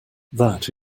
that